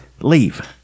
Leave